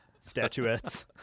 statuettes